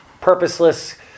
purposeless